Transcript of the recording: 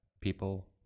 people